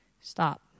stop